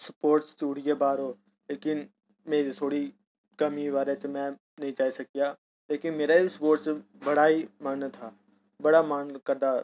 sports च टुरियै बाह्र ओह् लेकिन मेरी थोह्ड़ी कमी बारे च में नेईं जाई सकेआ लेकिन मेरा बी स्पोर्टस च बड़ा गै मन हा बड़ा मन करदा